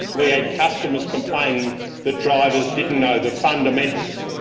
we had customers complaining that drivers didn't know the fundamentals,